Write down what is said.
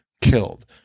Killed